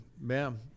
bam